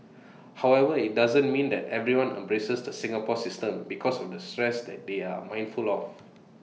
however IT doesn't mean that everyone embraces the Singapore system because of the stress that they are mindful of